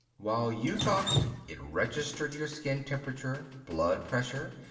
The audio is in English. while you talked it registered your skin temperature, blood pressure,